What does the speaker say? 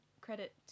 credit